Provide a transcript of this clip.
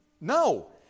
no